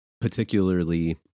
particularly